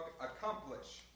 accomplish